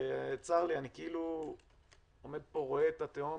צר לי, אני עומד פה ורואה את התהום